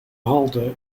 halte